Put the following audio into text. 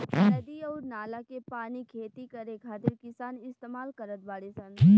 नदी अउर नाला के पानी खेती करे खातिर किसान इस्तमाल करत बाडे सन